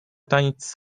taniec